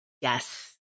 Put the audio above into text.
Yes